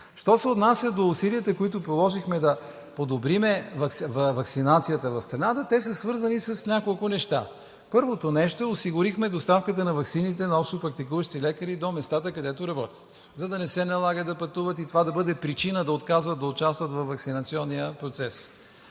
Що се отнася до усилията, които положихме да подобрим ваксинацията в страната, те са свързани с няколко неща. Първото нещо, осигурихме доставката на ваксините на общопрактикуващи лекари до местата, където работят, за да не се налага да пътуват и това да бъде причина да отказват да участват във ваксинационния процес.